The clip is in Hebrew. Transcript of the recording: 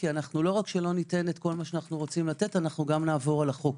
כי לא רק שלא ניתן כל מה שאנו רוצים לתת גם נעבור על החוק.